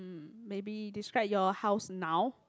maybe describe your house now